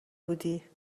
بودی